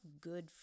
good